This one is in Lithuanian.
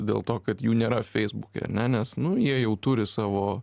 dėl to kad jų nėra feisbuke ane nes nu jie jau turi savo